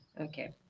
Okay